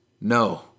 No